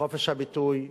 לחופש הביטוי,